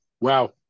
Wow